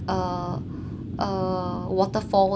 uh uh waterfall